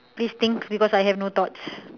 please think because I have no thoughts